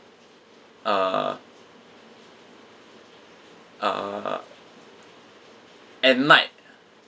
uh uh at night